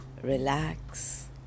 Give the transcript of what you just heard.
relax